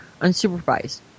unsupervised